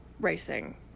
racing